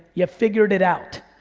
you figured it out.